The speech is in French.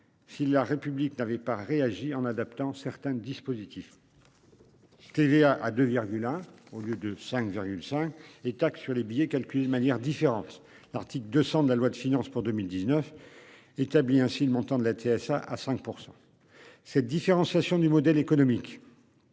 Si la République n'avait pas réagi en adaptant certains dispositifs. TVA à 2 virgule au lieu de 5,5 et taxe sur les billets calculé de manière différente. L'article 200 de la loi de finances pour 2019 établit ainsi le montant de la TSA à 5%. Cette différenciation du modèle économique.